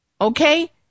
Okay